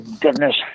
goodness